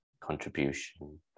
contribution